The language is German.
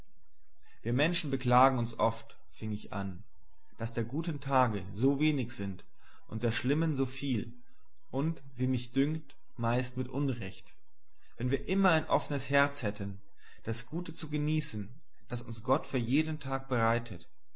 wir menschen beklagen uns oft fing ich an daß der guten tage so wenig sind und der schlimmen so viel und wie mich dünkt meist mit unrecht wenn wir immer ein offenes herz hätten das gute zu genießen das uns gott für jeden tag bereitet